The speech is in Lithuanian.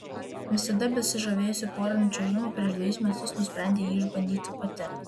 visada besižavėjusi poriniu čiuožimu prieš dvejus metus nusprendė jį išbandyti pati